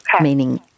meaning